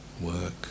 work